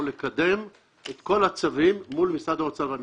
לקדם את כל הצווים מול משרדי האוצר והמשפטים.